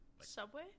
Subway